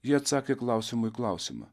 jie atsakė klausimu į klausimą